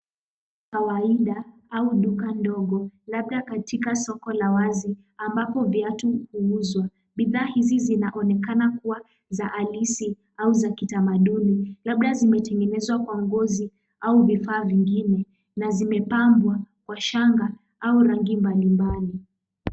Kawaida au duka ndogo labda katika soko la wazi ambapo viatu huuzwa. Bidhaa hizi zinaonekana kuwa za halisi au za kitamaduni labda zimetengenezwa kwa ngozi au vifaa vingine na zimepambwa kwa shanga au rangi mbalimbali.